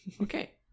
Okay